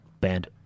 banned